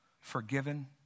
forgiven